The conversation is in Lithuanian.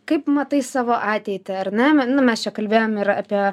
kaip matai savo ateitį ar ne nu mes čia kalbėjom ir apie